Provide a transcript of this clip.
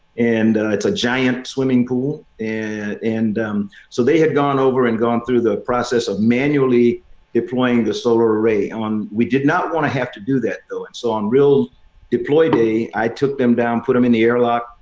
and it's a giant swimming pool. and so they had gone over and gone through the process of manually deploying the solar array on. we did not want to have to do that though. and so on real deploy day, i took them down, put them in the airlock,